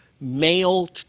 male